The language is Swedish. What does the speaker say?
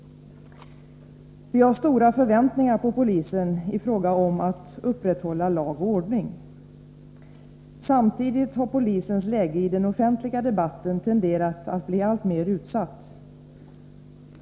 Vi har stora förväntningar på polisen i fråga om att upprätthålla lag och ordning. Samtidigt har polisens läge i den offentliga debatten tenderat att bli alltmer utsatt.